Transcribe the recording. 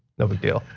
no big deal.